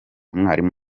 mwarimu